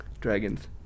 dragons